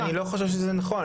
אגב, אני לא חושב שזה נכון.